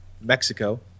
Mexico